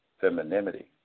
femininity